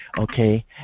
Okay